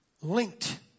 linked